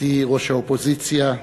גברתי ראש האופוזיציה,